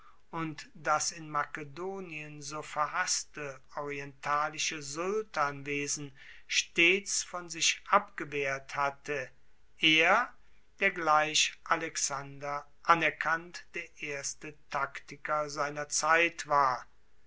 und das in makedonien so verhasste orientalische sultanwesen stets von sich abgewehrt hatte er der gleich alexander anerkannt der erste taktiker seiner zeit war